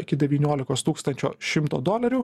iki devyniolikos tūkstančio šimto dolerių